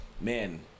Man